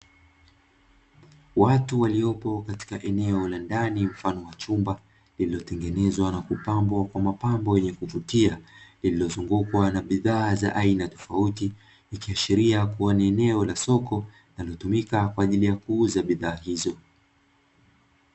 Watu waliopo eneo la ndani mfano wa chumba, lililotengenezwa na kupambwa kwa mapambo yenye kuvutia, yaliyozungukwa na bidhaa za aina tofauti ikiashiria ni eneo la soko linalotumika kwa ajili ya kuuzia bidhaa hizo.